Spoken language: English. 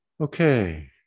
Okay